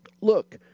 look